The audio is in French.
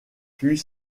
fut